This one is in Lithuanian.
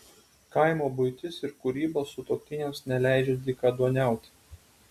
kaimo buitis ir kūryba sutuoktiniams neleidžia dykaduoniauti